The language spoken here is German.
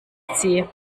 sie